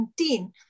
2019